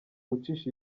gucisha